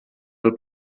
del